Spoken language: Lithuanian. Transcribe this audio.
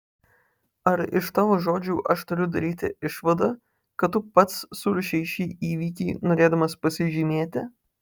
ar iš tavo žodžių aš turiu daryti išvadą kad tu pats suruošei šį įvykį norėdamas pasižymėti